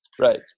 Right